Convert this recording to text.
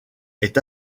est